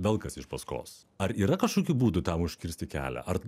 velkas iš paskos ar yra kažkokių būdų tam užkirsti kelią ar